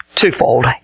twofold